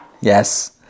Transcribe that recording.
Yes